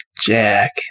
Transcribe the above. Jack